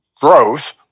growth